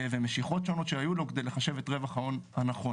ומשיכות שונות שהיו לו כדי לחשב את רווח ההון הנכון.